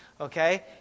okay